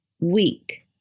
weak